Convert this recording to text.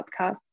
podcasts